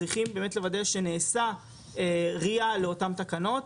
צריכים באמת לוודא שנעשה RIA לאותן תקנות.